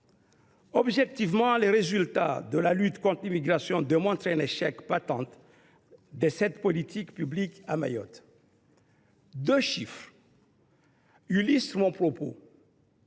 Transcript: Objectivement, les résultats de la lutte contre l’immigration démontrent l’échec patent de cette politique publique à Mayotte. Pour illustrer mon propos,